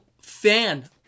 fan